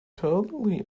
totally